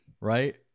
Right